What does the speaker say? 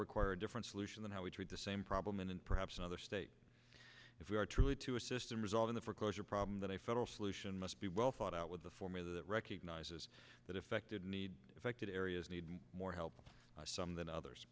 require a different solution than how we treat the same problem and perhaps another state if we are truly to assist in result in the foreclosure problem that a federal solution must be well thought out with the formula that recognizes that effected need affected areas need more help some than others